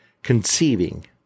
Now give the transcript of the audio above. Conceiving